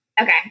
okay